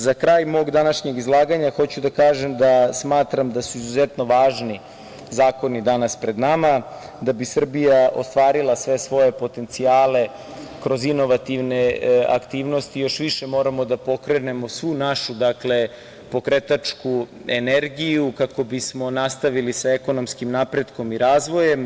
Za kraj mog današnjeg izlaganja hoću da kažem da smatram da su izuzetno važni zakoni danas pred nama da bi Srbija ostvarila sve svoje potencijale kroz inovativne aktivnosti i još više moramo da pokrenemo svu našu pokretačku energiju kako bismo nastavili sa ekonomskim napretkom i razvojem.